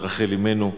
של רחל אמנו,